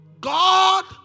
God